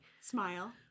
Smile